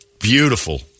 Beautiful